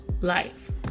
life